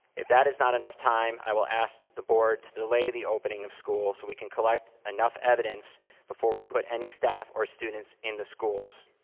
if that is not enough time, i will ask the board to delay the opening of school so we can collect enough evidence before we put any staff or students in the schools.